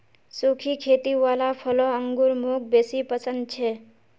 सुखी खेती वाला फलों अंगूर मौक बेसी पसन्द छे